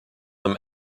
him